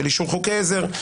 של אישור חוקי עזר,